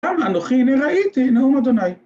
‫כן, אנוכי, אני ראיתי, נאום אדוני.